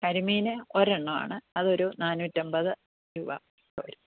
കരിമീൻ ഒരെണ്ണം ആണ് അതൊരു നാന്നുറ്റൻപത് രൂപ വരും